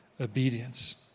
obedience